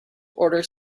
order